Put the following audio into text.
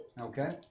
Okay